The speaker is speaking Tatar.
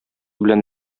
белән